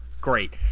great